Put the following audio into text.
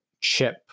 chip